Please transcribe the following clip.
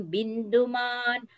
Binduman